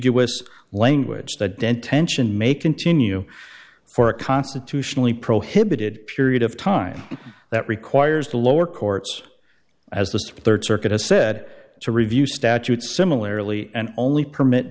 us language that dent tension may continue for a constitutionally prohibited period of time that requires the lower courts as this third circuit has said to review statutes similarily and only permit